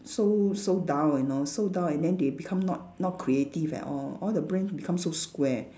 so so dull you know so dull and then they become not not creative at all all the brain become so square